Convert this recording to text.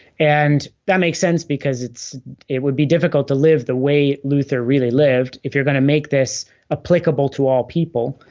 and that makes sense because it's it would be difficult to live the way luther really lived, if you're going to make this applicable to all people.